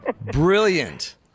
Brilliant